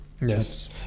Yes